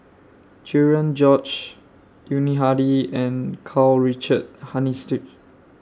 Cherian George Yuni Hadi and Karl Richard